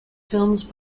films